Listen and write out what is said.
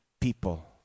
people